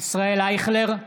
ישראל אייכלר,